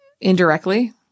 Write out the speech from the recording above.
indirectly